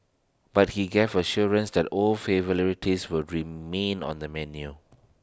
but he gave assurance that old will remain on the menu